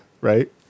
Right